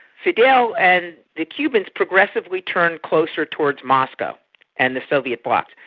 fidel and the cubans progressively turned closer towards moscow and the soviet bloc.